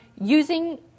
using